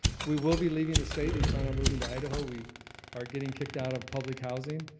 we will be leaving the state. we plan on moving to idaho. we are getting kicked out of public housing.